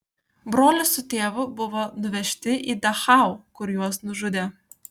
brolis su tėvu buvo nuvežti į dachau kur juos nužudė